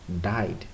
died